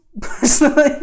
Personally